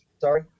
Sorry